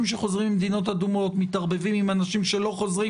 שחוזרים ממדינות אדומות מתערבבים עם אנשים שלא חוזרים